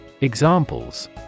Examples